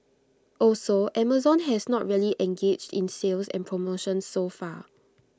also Amazon has not really engaged in sales and promotions so far